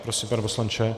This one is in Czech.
Prosím, pane poslanče.